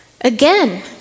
Again